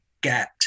get